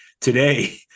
today